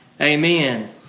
Amen